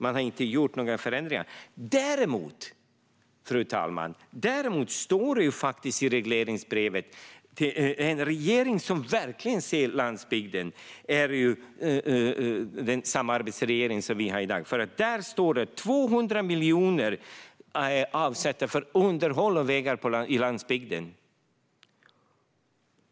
Man har inte gjort några förändringar. En regering som verkligen ser landsbygden är däremot den samarbetsregering som vi har i dag, fru talman. 200 miljoner avsätts för underhåll av vägar på landsbygden.